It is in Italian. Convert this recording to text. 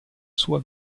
sua